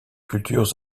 cultures